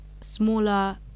smaller